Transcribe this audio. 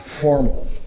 formal